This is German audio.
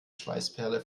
schweißperle